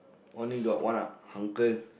only got one lah uncle